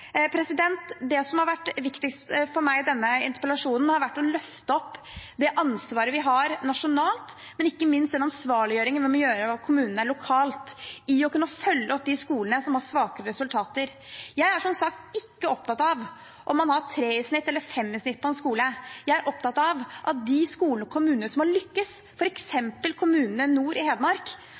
Det som har vært viktigst for meg i denne interpellasjonen, har vært å løfte det ansvaret vi har nasjonalt, og ikke minst ansvarliggjøringen av kommunene lokalt til å følge opp de skolene som har svake resultater. Jeg er som sagt ikke opptatt av om man har 3 eller 5 i snitt på en skole. Jeg er opptatt av at de gode eksemplene fra de skolene og kommunene som har lyktes, f.eks. kommunene nord i Hedmark,